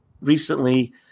recently